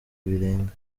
birenga